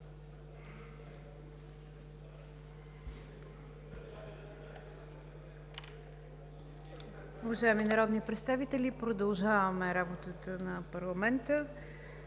Уважаеми народни представители, продължаваме работата на парламента